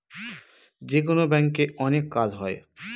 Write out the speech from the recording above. যেকোনো ব্যাঙ্কে অনেক কাজ হয়